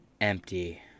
empty